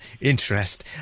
interest